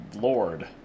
Lord